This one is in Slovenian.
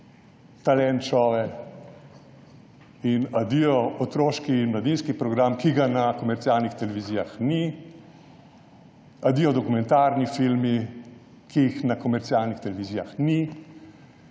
talent šove in adijo otroški in mladinski program, ki ga na komercialnih televizijah ni, adijo dokumentarni filmi, ki jih na komercialnih televizijah ni.